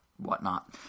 whatnot